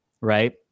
right